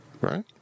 right